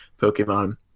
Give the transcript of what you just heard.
pokemon